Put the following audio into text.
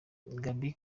gaby